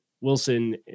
Wilson